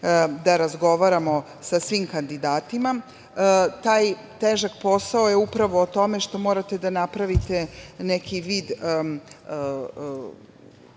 da razgovaramo sa svim kandidatima. Taj težak posao je upravo o tome što morate da napravite neki vid